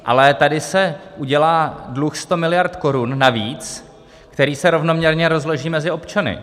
Ale tady se udělá dluh 100 miliard korun navíc, který se rovnoměrně rozloží mezi občany.